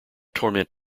torment